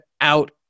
out